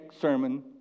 sermon